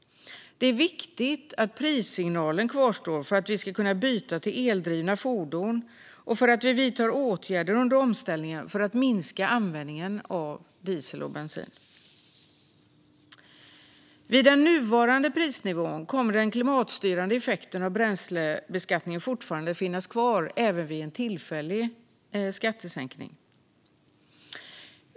Det är viktigt att prissignalen kvarstår för att vi ska kunna byta till eldrivna fordon och så att vi vidtar åtgärder under omställningen för att minska användningen av diesel och bensin. Vid den nuvarande prisnivån kommer den klimatstyrande effekten av bränslebeskattningen fortfarande att finnas kvar, även vid en tillfällig skattesänkning.